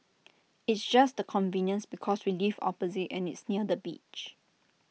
it's just the convenience because we live opposite and it's near the beach